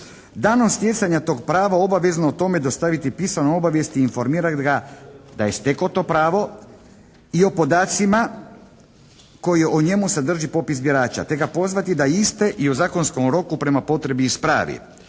danom stjecanja tog prava obavezno o tome dostaviti pisanu obavijest i informiraju ga da je stekao to pravo i o podacima koji o njemu sadrži popis birača te ga pozvati da iste i u zakonskom roku prema potrebi ispravi